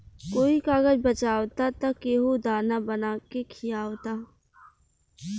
कोई कागज बचावता त केहू दाना बना के खिआवता